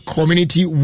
Community